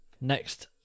Next